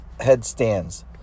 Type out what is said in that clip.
headstands